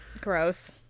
Gross